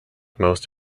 most